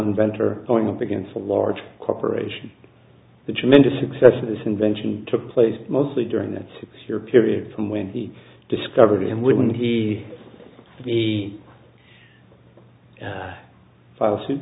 inventor going up against a large corporation the tremendous success of this invention took place mostly during that six year period from when he discovered it and wouldn't he be filed suit